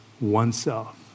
oneself